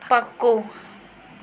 پَکو